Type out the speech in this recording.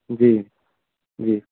जी जी